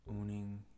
owning